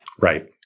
Right